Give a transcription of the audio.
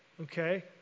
okay